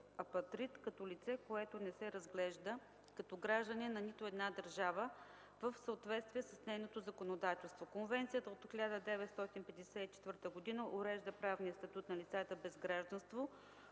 „апатрид” като „лице, което не се разглежда като гражданин на нито една държава в съответствие с нейното законодателство”. Конвенцията от 1954 г. урежда правния статут на лицата без гражданство,